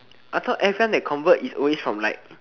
I thought everyone that convert is always from like